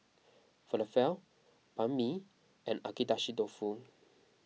Falafel Banh Mi and Agedashi Dofu